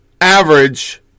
average